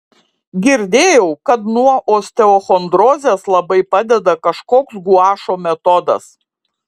girdėjau kad nuo osteochondrozės labai padeda kažkoks guašo metodas